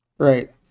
Right